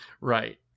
Right